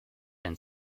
and